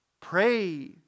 Pray